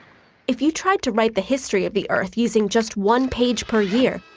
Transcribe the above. if you try to write the history of the earth using just one page per year,